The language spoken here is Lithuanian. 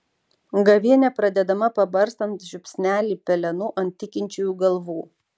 gavėnia pradedama pabarstant žiupsnelį pelenų ant tikinčiųjų galvų